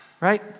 right